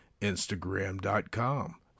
instagram.com